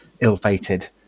ill-fated